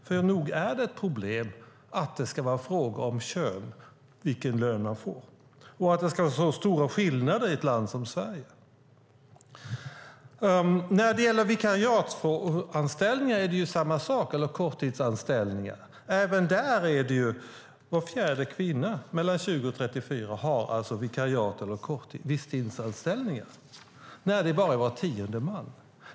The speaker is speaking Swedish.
För nog är det ett problem att det ska vara en fråga om kön vilken lön man får och att det ska vara så stora skillnader i ett land som Sverige. När det gäller vikariatsanställningar eller korttidsanställningar är det samma sak. Var fjärde kvinna mellan 20 och 34 år har vikariat eller visstidsanställningar när det bara är var tionde man.